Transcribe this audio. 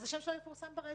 אז השם שלו יפורסם ברשת.